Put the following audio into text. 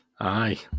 Aye